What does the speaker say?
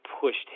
pushed